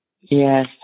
Yes